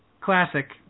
Classic